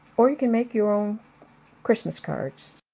or you can make your own christmas cards